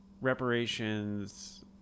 reparations